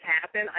happen